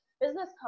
business